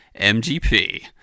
MGP